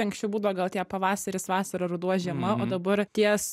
anksčiau būdavo gal tie pavasaris vasara ruduo žiema o dabar ties